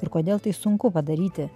ir kodėl tai sunku padaryti